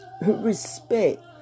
Respect